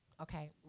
Okay